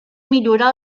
millorar